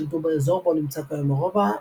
שלטו באזור בו נמצא כיום הרובע,